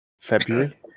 February